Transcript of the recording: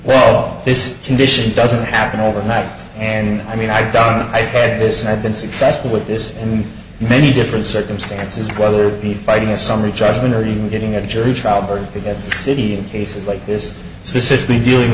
well this condition doesn't happen overnight and i mean i've done this i've been successful with this in many different circumstances whether it be fighting a summary judgment or even getting a jury trial verdict against city of cases like this specifically dealing